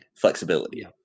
flexibility